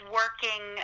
working